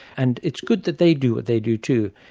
and it's good that they do what they do too,